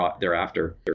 thereafter